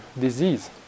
disease